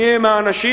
מיהם האנשים,